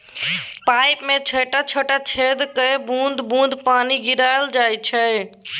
pipe मे छोट छोट छेद कए बुंद बुंद पानि गिराएल जाइ छै